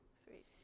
sweet.